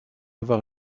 avoir